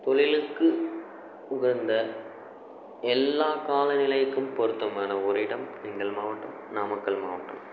தொழிலுக்கு உகந்த எல்லா காலநிலைக்கும் பொருத்தமான ஒரு இடம் எங்கள் மாவட்டம் நாமக்கல் மாவட்டம்